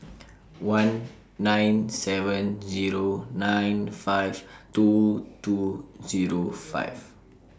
one nine seven Zero nine five two two Zero five